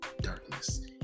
darkness